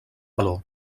valor